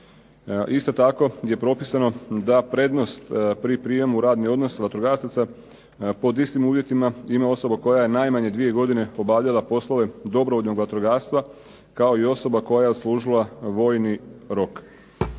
Isto tako je propisano da prednost pri prijemu u radni odnos vatrogasaca pod istim uvjetima ima osoba koja je najmanje dvije godine obavljala poslove dobrovoljnog vatrogastva kao i osoba koja je odslužila vojni rok.